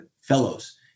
fellows